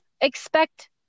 expect